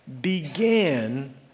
began